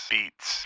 Beats